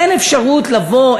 אין אפשרות לבוא,